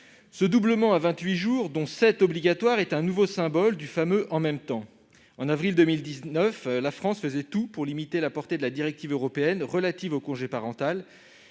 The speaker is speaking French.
Ce doublement à vingt-huit jours, dont sept obligatoires, est un nouveau symbole du fameux « en même temps ». En avril 2019, la France faisait tout pour limiter la portée de la directive européenne relative au congé parental.